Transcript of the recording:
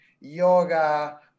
yoga